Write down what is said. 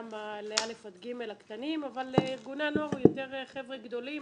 לכיתות א' עד ג' אבל ארגוני הנוער זה יותר חבר'ה גדולים,